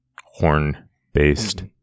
horn-based